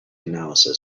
analysis